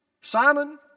Simon